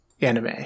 anime